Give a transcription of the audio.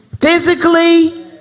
physically